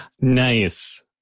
Nice